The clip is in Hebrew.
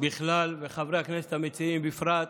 בכלל וחברי הכנסת המציעים בפרט,